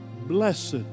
Blessed